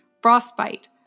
frostbite